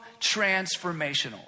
transformational